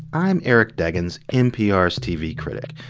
i'm eric deggans, npr's tv critic,